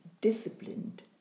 disciplined